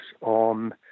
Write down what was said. on